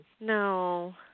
No